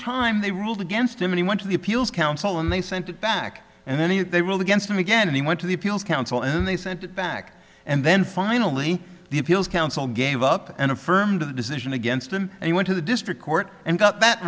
time they ruled against him and he went to the appeals council and they sent it back and then they ruled against him again and he went to the appeals council and they sent it back and then finally the appeals council gave up and affirmed the decision against him and he went to the district court and